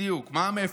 בדיוק, מע"מ אפס.